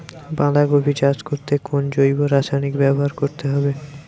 বাঁধাকপি চাষ করতে কোন জৈব রাসায়নিক ব্যবহার করতে হবে?